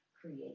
create